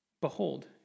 behold